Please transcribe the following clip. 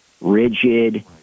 rigid